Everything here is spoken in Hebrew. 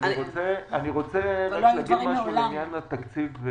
אני רוצה להגיד משהו לעניין התקציב.